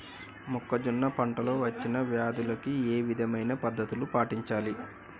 మొక్కజొన్న పంట లో వచ్చిన వ్యాధులకి ఏ విధమైన పద్ధతులు పాటించాలి?